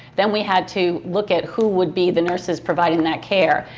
then we had to look at who would be the nurses providing that care.